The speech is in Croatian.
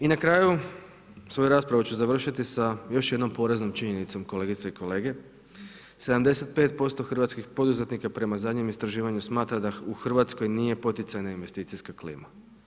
I na kraju, svoju raspravu ću završiti sa još jednom poraznom činjenicom kolegice i kolege, 75% hrvatskih poduzetnika prema zadnjem istraživanju smatra da u Hrvatskoj nije poticajna investicijska klima.